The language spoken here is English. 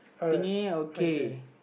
thingy okay